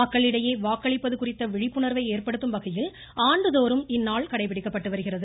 மக்களிடையே வாக்களிப்பது குறித்த விழிப்புணர்வை ஏற்படுத்தும்வகையில் ஆண்டுதோறும் இந்நாள் கடைபிடிக்கப்பட்டு வருகிறது